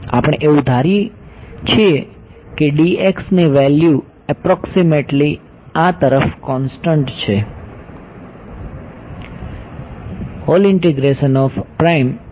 આપણે એવું ધરીએ છીએ કે ની વેલ્યૂ એપ્રોક્સીમેટલી આ તરફ કોંસ્ટંટ છે